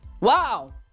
Wow